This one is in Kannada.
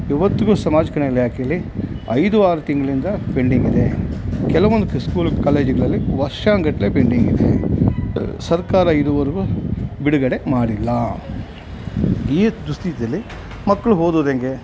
ಇವತ್ತಿಗೂ ಸಮಾಜ ಕಲ್ಯಾಣ ಇಲಾಖೆಯಲ್ಲಿ ಐದು ಆರು ತಿಂಗಳಿಂದ ಪೆಂಡಿಂಗ್ ಇದೆ ಕೆಲವೊಂದು ಕ್ ಸ್ಕೂಲು ಕಾಲೇಜುಗಳಲ್ಲಿ ವರ್ಷಾನುಗಟ್ಲೇ ಪೆಂಡಿಂಗ್ ಇದೆ ಸರ್ಕಾರ ಇದುವರೆಗೂ ಬಿಡುಗಡೆ ಮಾಡಿಲ್ಲ ಈ ಪರ್ಸ್ಥಿತಿಯಲ್ಲಿ ಮಕ್ಕಳು ಓದೋದು ಹೆಂಗೆ